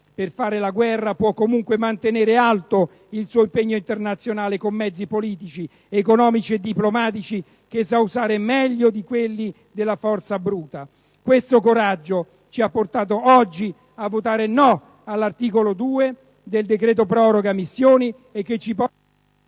per fare la guerra può comunque mantenere alto il suo impegno internazionale con mezzi politici, economici e diplomatici, che sa usare meglio di quelli della forza bruta. Questo coraggio ci ha portato oggi a votare contro l'articolo 2 del decreto proroga missioni e ci porta